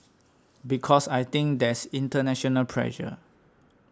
because I think there's international pressure